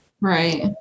Right